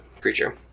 creature